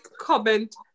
comment